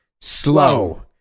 Slow